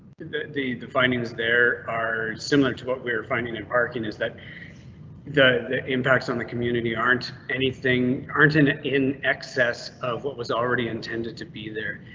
the the the findings there are similar to what we were finding in parking is that the impacts on the community aren't anything aren't in in excess of what was already intended to be there.